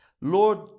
Lord